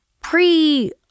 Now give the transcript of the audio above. pre-